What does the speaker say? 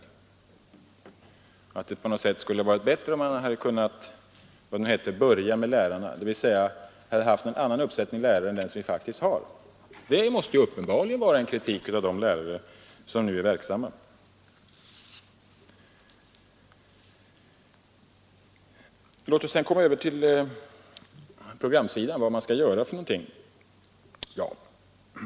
Ett uttalande om att det på något sätt skulle vara bättre om man hade kunnat börja reformarbetet med lärarna, dvs. hade haft någon annan uppsättning av lärare än den som vi faktiskt har, måste uppenbarligen vara en kritik av de lärare som nu är verksamma. Låt oss sedan gå över till programområdet, dvs. vilka åtgärder som skall vidtas.